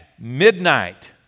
midnight